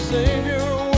Savior